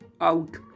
out